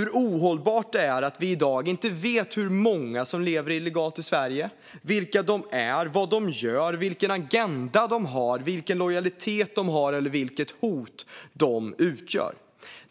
hur ohållbart det är att vi i dag inte vet hur många som lever illegalt i Sverige, vilka de är, vad de gör, vilken agenda de har, vilken lojalitet de har eller vilket hot de utgör.